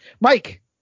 Mike